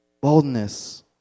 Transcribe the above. boldness